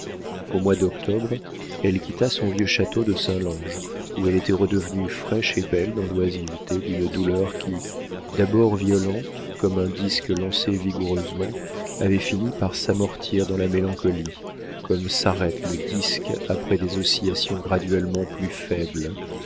au mois d'octobre elle quitta son vieux château de saint lange où elle était redevenue fraîche et belle dans l'oisiveté d'une douleur qui d'abord violente comme un disque lancé vigoureusement avait fini par s'amortir dans la mélancolie comme s'arrête le disque après des oscillations graduellement plus faibles